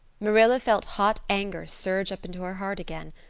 marilla felt hot anger surge up into her heart again.